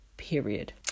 Period